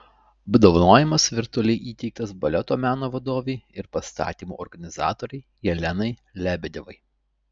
apdovanojimas virtualiai įteiktas baleto meno vadovei ir pastatymų organizatorei jelenai lebedevai